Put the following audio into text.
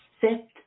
set